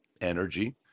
energy